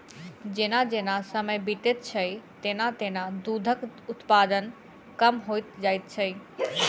जेना जेना समय बीतैत छै, तेना तेना दूधक उत्पादन कम होइत जाइत छै